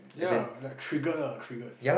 ya like triggered lah triggered